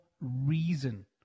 reason